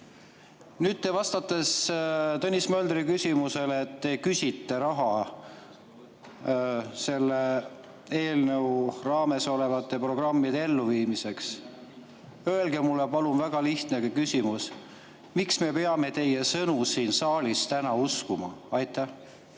Nüüd te vastasite Tõnis Möldri küsimusele, et te küsite raha selle eelnõuga ette nähtud programmide elluviimiseks. Öelge mulle palun, väga lihtne küsimus: miks me peame teie sõnu siin saalis täna uskuma? Aitäh,